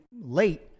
late